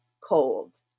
cold